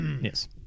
yes